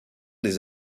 des